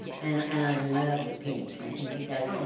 and and i love the pink. i think you guys um